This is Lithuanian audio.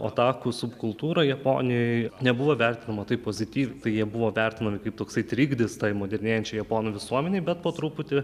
otakų subkultūra japonijoj nebuvo vertinama taip pozityviai jie buvo vertinami kaip toksai trigdis tai modernėjančiai japonų visuomenei bet po truputi